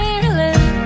Ireland